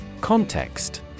Context